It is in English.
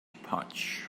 potch